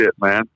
man